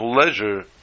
pleasure